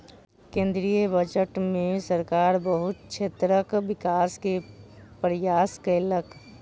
केंद्रीय बजट में सरकार बहुत क्षेत्रक विकास के प्रयास केलक